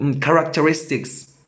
characteristics